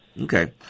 Okay